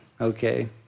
okay